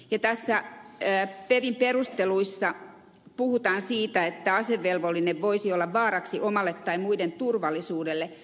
tässä pevin perusteluissa puhutaan siitä että asevelvollinen voisi olla vaaraksi omalle tai muiden turvallisuudelle